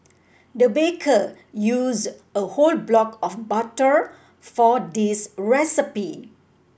the baker used a whole block of butter for this recipe